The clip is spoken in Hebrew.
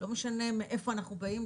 לא משנה מאיפה אנחנו באים,